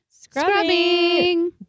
Scrubbing